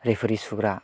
referee सुग्रा